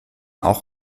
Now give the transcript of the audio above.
auch